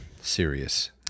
Serious